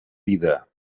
vida